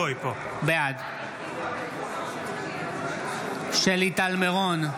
בעד שלי טל מירון,